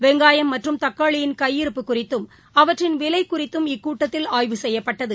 வெங்காயம் மற்றும் தக்காளியின் கையிருப்பு குறித்தம் அவற்றின் விலை குறித்தும் இக்கூட்டத்தில் ஆய்வு செய்யப்பட்டது